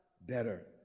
better